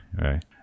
right